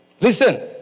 Listen